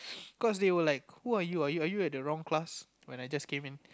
cause they were like who are you are you are you at the wrong class when I just came in